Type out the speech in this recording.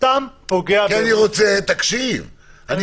תקשיבו אליי.